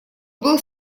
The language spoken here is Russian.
был